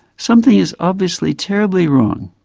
something is obviously terribly wrong.